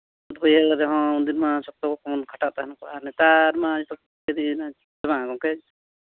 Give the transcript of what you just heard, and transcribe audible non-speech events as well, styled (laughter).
ᱦᱩᱭᱮᱱ ᱨᱮᱦᱚᱸ ᱩᱱᱫᱤᱱ ᱢᱟ ᱥᱚᱠᱛᱚ ᱵᱚᱱ ᱠᱷᱟᱴᱟᱜ ᱛᱟᱦᱮᱱ ᱱᱮᱛᱟᱨ ᱢᱟ (unintelligible) ᱜᱚᱢᱠᱮ